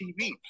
tv